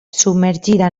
submergida